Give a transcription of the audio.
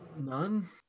None